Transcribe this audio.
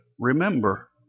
Remember